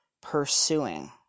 pursuing